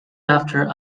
after